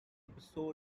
episode